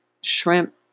shrimp